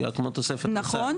הוא היה כמו תוספת --- נכון.